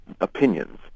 opinions